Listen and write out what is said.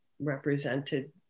represented